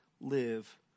live